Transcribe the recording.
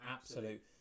absolute